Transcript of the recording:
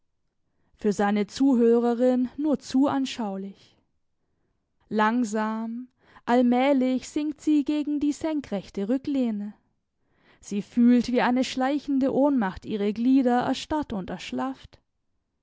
für seine zuhörerin nur zu anschaulich langsam allmählich sinkt sie gegen die senkrechte rücklehne sie fühlt wie eine schleichende ohnmacht ihre glieder erstarrt und erschlafft